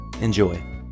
Enjoy